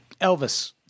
Elvis